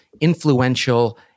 influential